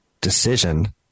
decision